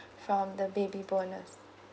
from the baby bonus